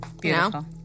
Beautiful